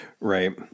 Right